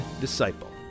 Disciple